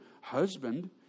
husband